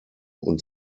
und